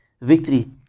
victory